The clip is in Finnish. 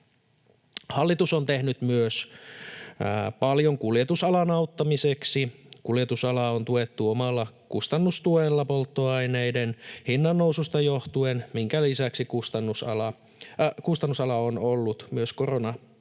Hallitus on tehnyt myös paljon kuljetusalan auttamiseksi. Kuljetusalaa on tuettu omalla kustannustuella polttoaineiden hinnan noususta johtuen, minkä lisäksi kuljetusala on ollut myös koronatukien